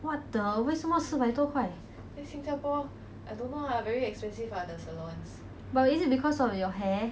what the 为什么四百多块 but is it because of your hair